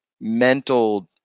mental